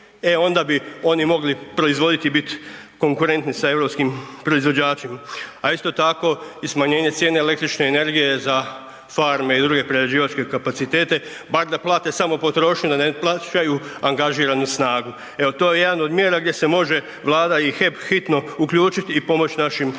e onda bi oni mogli proizvoditi i bit konkurentni sa europskim proizvođačima. A isto tako i smanjenje cijene električne energije za farme i druge prerađivačke kapacitete, bar da plate samo potrošnju da ne plaćaju angažiranu snagu. Evo to je jedan od mjera gdje se može Vlada i HEP hitno uključiti i pomoći našim